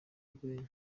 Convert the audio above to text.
urwenya